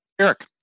Eric